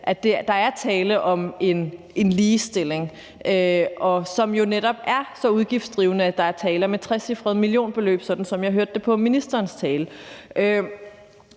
at der er tale om en ligestilling, som jo netop er så udgiftsdrivende, at der er tale om et trecifret millionbeløb, som jeg hørte det i ministerens tale.